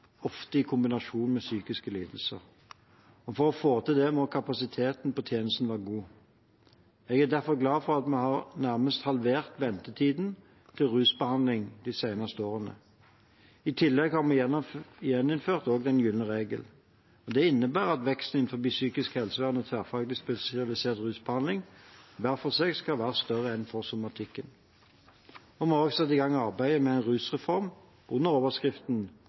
ofte i kombinasjon med psykiske lidelser. For å få til det må kapasiteten på tjenestene være god. Jeg er derfor glad for at vi har nærmest halvert ventetiden til rusbehandling de seneste årene. I tillegg har vi gjeninnført den gylne regel. Det innebærer at veksten innen psykisk helsevern og tverrfaglig spesialisert rusbehandling hver for seg skal være større enn for somatikken. Vi har også satt i gang arbeidet med en rusreform under overskriften